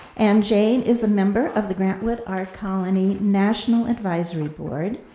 and jane is a member of the grant wood art colony national advisory board,